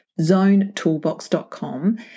zonetoolbox.com